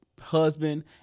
husband